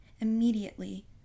immediately